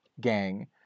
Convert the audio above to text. gang